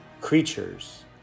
creatures